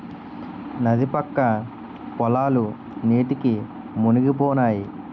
నది పక్క పొలాలు నీటికి మునిగిపోనాయి